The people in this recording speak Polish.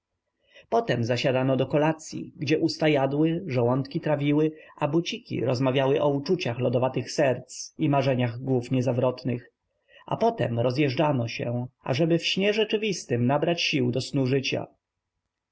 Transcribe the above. potem zasiadano do kolacyi gdzie usta jadły żołądki trawiły a buciki rozmawiały o uczuciach lodowatych serc i marzeniach głów niezawrotnych a potem rozjeżdżano się ażeby w śnie rzeczywistym nabrać sił do snu życia